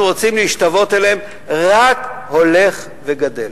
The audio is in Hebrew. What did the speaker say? רוצים להשתוות אליהן רק הולך וגדל,